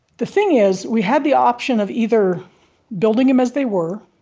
the thing is, we had the option of either building them as they were,